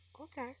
okay